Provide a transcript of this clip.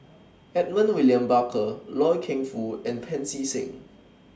Edmund William Barker Loy Keng Foo and Pancy Seng